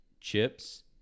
Chips